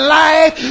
life